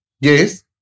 Yes